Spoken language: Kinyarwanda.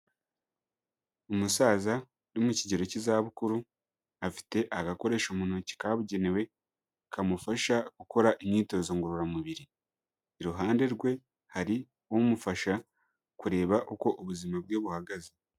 Umusaza uri mu kigero k'izabukuru, afite agakoresho mu ntoki kabugenewe kamufasha gukora imyitozo ngororamubiri, iruhande rwe hari umufasha kureba uko ubuzima bwe buhagaze.